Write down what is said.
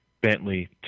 Bentley